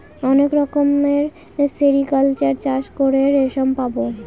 অনেক রকমের সেরিকালচার চাষ করে রেশম পাবো